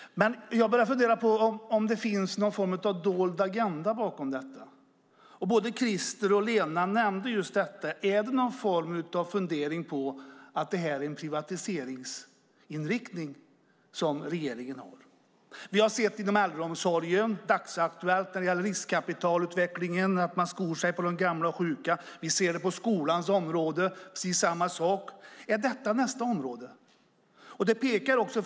Finns det någon form av dold agenda bakom? Både Christer Adelsbo och Lena Olsson funderade över om regeringen har en privatiseringsinriktning. Vi har inom äldreomsorgen - det är dagsaktuellt - sett riskkapitalutvecklingen. Man skor sig på de gamla och sjuka. Vi ser precis samma sak på skolans område. Är detta nästa område?